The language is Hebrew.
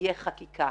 שתהיה חקיקה.